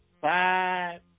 five